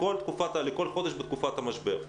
לכל חודש בתקופת המשבר.